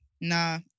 Nah